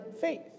faith